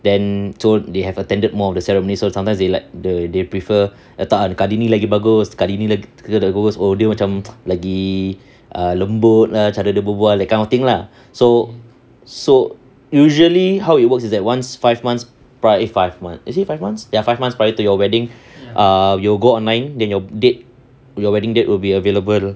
then so they have attended more of the ceremony so sometimes they like the they prefer tak ah kadi ni lagi bagus kadi ni lagi dia macam lagi ah lembut cara dia berbual that kind of thing lah so so usually how it works is that once five months prior five month is it five months ya five months prior to your wedding err you go online then your date your wedding date will be available